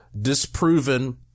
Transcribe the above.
disproven